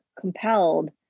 compelled